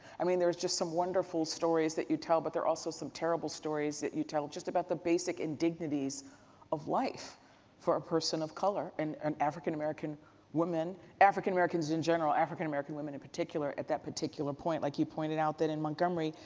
i mean, there's just some wonderful stories that you tell but there are also some terrible stories that you tell just about the basic indignities of life for a person of color and and african american women, african americans in general, african american women in particular at that particular point. like you pointed out that, in montgomery,